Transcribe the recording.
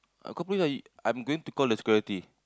I call police I'm going to call the security